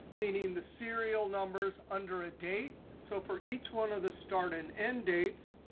meaning the serial numbers under a date. so for each one of the start and end dates,